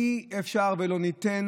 אי-אפשר ולא ניתן